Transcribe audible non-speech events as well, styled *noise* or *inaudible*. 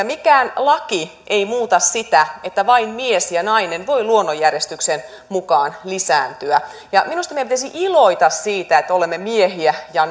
*unintelligible* mikään laki ei muuta sitä että vain mies ja nainen voivat luonnonjärjestyksen mukaan lisääntyä ja minusta meidän pitäisi iloita siitä että olemme miehiä ja *unintelligible*